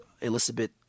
Elizabeth